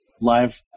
live